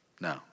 No